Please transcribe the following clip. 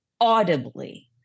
audibly